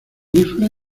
rifles